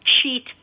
cheat